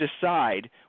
decide